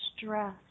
stress